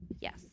Yes